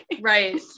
Right